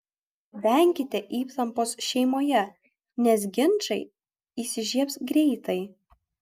venkite įtampos šeimoje nes ginčai įsižiebs greitai